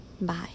Bye